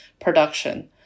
production